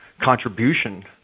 contribution